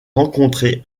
rencontrer